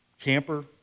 Camper